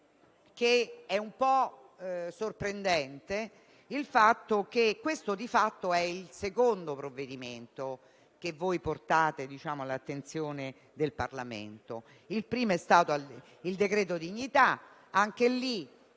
che è sorprendente il fatto che questo sia il secondo provvedimento che portate all'attenzione del Parlamento. Il primo è stato il decreto-legge dignità, anche in